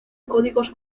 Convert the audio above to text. códigos